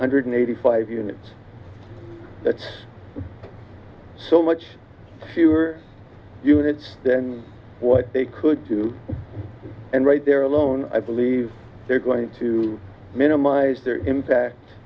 hundred eighty five units that's so much fewer units than what they could do and right there alone i believe they're going to minimise their impact